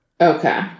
okay